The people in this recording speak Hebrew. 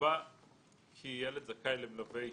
נקבע כי ילד זכאי למלווה אישי,